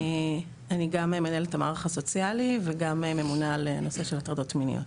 אני גם מנהלת את המערך הסוציאלי וגם ממונה על הנושא של הטרדות מיניות.